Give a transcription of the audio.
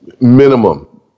minimum